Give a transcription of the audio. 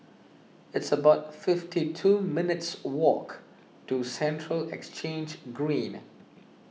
it's about fifty two minutes' walk to Central Exchange Green